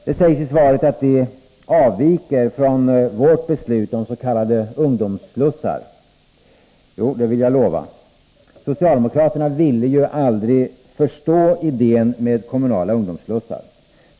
Det sägs i svaret att de avviker från vårt beslut om s.k. ungdomsslussar. Jo, det vill jag lova! Socialdemokraterna ville aldrig förstå idén med kommunala ungdomsslussar.